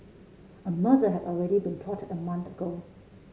a murder had already been plotted a month ago